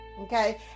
okay